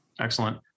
Excellent